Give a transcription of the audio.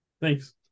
thanks